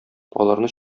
аларны